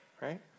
right